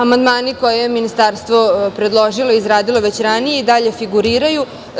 Amandmani koje je ministarstvo predložilo, izradilo već ranije i dalje figuriraju.